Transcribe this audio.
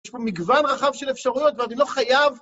יש פה מגוון רחב של אפשרויות ואני לא חייב...